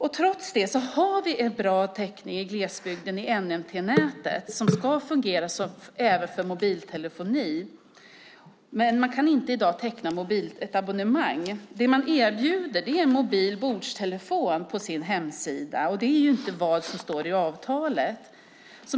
Trots det har vi en bra täckning i glesbygden i NMT-nätet som ska fungera även för mobiltelefoni, men man kan inte i dag teckna ett abonnemang. Det som erbjuds är en mobil bordstelefon på hemsidan, och det är ju inte vad som står i avtalet.